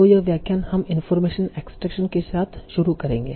तो यह व्याख्यान हम इनफार्मेशन एक्सट्रैक्शन के साथ शुरू करेंगे